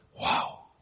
Wow